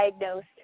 diagnosed